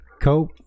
Cope